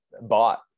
Bought